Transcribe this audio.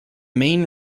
main